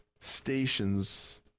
stations